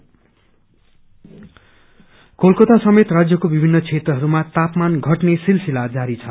weather Kolkata समेत राज्यको विभिन्न क्षेत्रहरूमा तापमान घटने सिसिला जारी छ